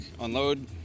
unload